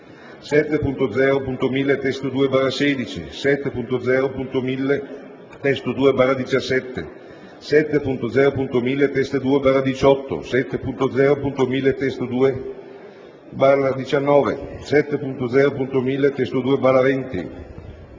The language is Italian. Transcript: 7.0.1000 (testo 2)/16, 7.0.1000 (testo 2)/17, 7.0.1000 (testo 2)/18, 7.0.1000 (testo 2)/19, 7.0.1000 (testo 2)/20,